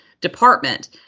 department